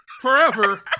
forever